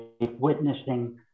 witnessing